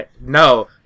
No